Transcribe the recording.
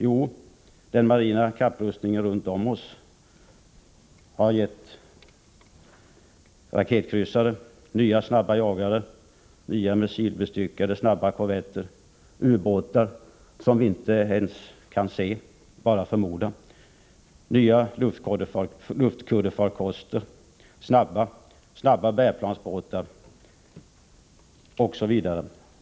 Jo, den marina kapprustningen runt om oss har frambringat raketkryssare, nya snabba jagare, nya missilbestyckade snabba korvetter, ubåtar som vi inte ens kan se utan bara förmodar finns, nya luftkuddefarkoster, snabba bärplansbåtar osv.